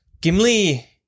Gimli-